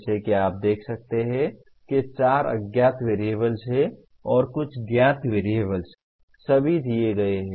जैसा कि आप देख सकते हैं कि चार अज्ञात वेरिएबल्स हैं और कुछ ज्ञात वेरिएबल्स सभी दिए गए हैं